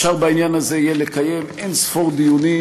אפשר לקיים בעניין הזה אין-ספור דיונים,